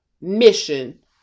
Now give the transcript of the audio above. mission